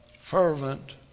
fervent